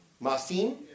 Marcin